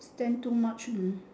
stand too much